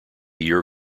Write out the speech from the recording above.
year